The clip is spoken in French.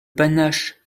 panache